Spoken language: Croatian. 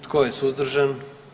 Tko je suzdržan?